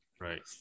Right